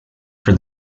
for